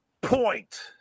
point